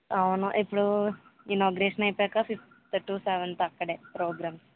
అవును ఇప్పుడు ఇనాగురేషన్ అయిపోయాక ఫిఫ్త్ టు సెవెన్త్ అక్కడే ప్రోగ్రాం